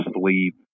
sleep